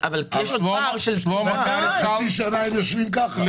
כי יש עוד פער של --- חצי שנה הם יושבים ככה.